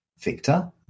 Victor